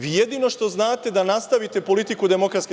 Vi jedino što znate, da nastavite politiku DS.